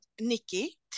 Nikki